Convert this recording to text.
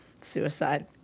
suicide